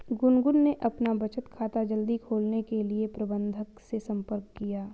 गुनगुन ने अपना बचत खाता जल्दी खोलने के लिए प्रबंधक से संपर्क किया